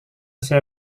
saya